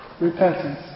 Repentance